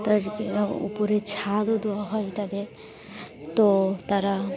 তাদেরকে উপরে ছাদও দেওয়া হয় তাদের তো তারা